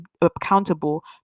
accountable